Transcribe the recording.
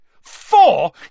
Four